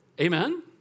Amen